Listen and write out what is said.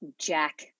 jack